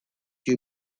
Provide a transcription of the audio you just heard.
you